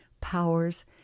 powers